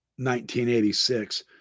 1986